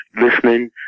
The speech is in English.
listening